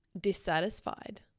dissatisfied